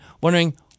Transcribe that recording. wondering